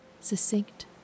succinct